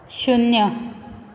शुन्य